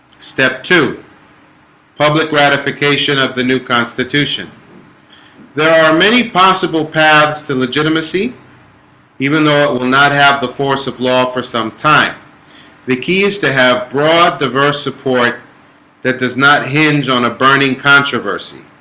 step two public ratification of the new constitution there are many possible paths to legitimacy even though it will not have the force of law for some time the key is to have broad diverse support that does not hinge on a burning controversy